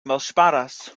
malŝparas